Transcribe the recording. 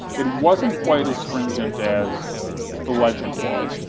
it wasn't quite as stringent as the legend was,